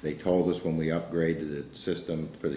they told us when we upgraded system for the